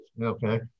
Okay